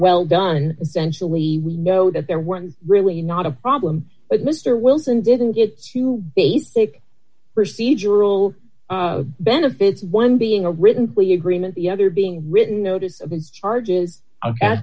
well done essentially we know that there were really not a problem but mr wilson didn't get to basic procedural benefits one being a written plea agreement the other being written notice of the charges o